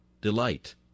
delight